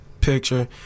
picture